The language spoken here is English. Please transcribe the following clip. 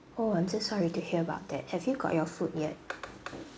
oh I'm so sorry to hear about that have you got your food yet